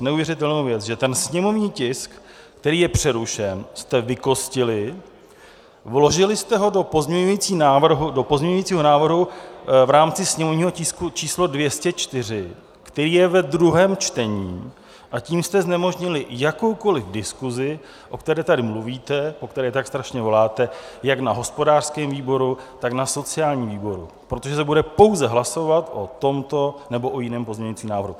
Neuvěřitelnou věc, že ten sněmovní tisk, který je přerušen, jste vykostili, vložili jste ho do pozměňujícího návrhu v rámci sněmovního tisku č. 204, který je ve druhém čtení, a tím jste znemožnili jakoukoliv diskusi, o které tady mluvíte, po které tak strašně voláte jak na hospodářském výboru, tak na sociálním výboru, protože se bude pouze hlasovat o tomto nebo o jiném pozměňujícím návrhu.